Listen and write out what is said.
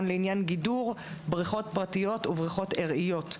לעניין גידור בריכות פרטיות ובריכות ארעיות.